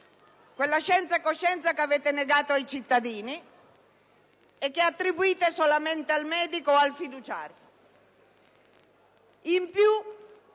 quella scienza e coscienza che avete negato ai cittadini e che attribuite solamente al medico o al fiduciario.